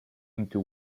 into